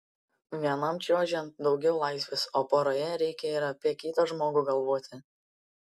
vienam čiuožiant daugiau laisvės o poroje reikia ir apie kitą žmogų galvoti